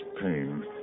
pain